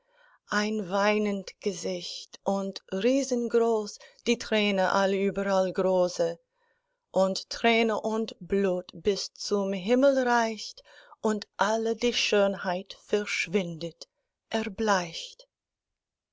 ein weinend gesicht und riesengroß die träne allüberall große und träne und blut bis zum himmel reicht und alle die schönheit verschwindet erbleicht